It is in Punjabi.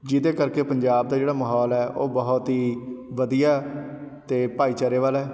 ਜਿਹਦੇ ਕਰਕੇ ਪੰਜਾਬ ਦਾ ਜਿਹੜਾ ਮਾਹੌਲ ਹੈ ਉਹ ਬਹੁਤ ਹੀ ਵਧੀਆ ਅਤੇ ਭਾਈਚਾਰੇ ਵਾਲਾ ਹੈ